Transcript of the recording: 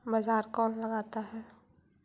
बाजार कौन लगाता है?